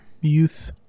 youth